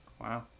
Wow